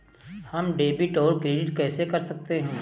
हम डेबिटऔर क्रेडिट कैसे कर सकते हैं?